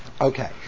Okay